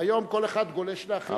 והיום כל אחד גולש לאחר.